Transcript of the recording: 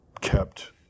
kept